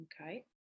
Okay